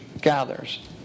gathers